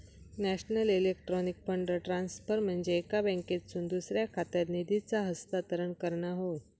national electronic fund transfer म्हनजे एका बँकेतसून दुसऱ्या खात्यात निधीचा हस्तांतरण करणा होय